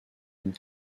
une